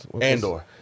Andor